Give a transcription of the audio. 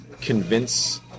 convince